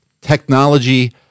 technology